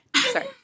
sorry